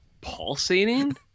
Pulsating